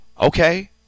Okay